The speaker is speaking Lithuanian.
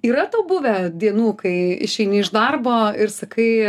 yra tau buvę dienų kai išeini iš darbo ir sakai